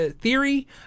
theory